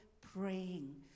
praying